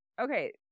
Okay